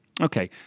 Okay